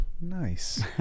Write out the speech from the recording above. Nice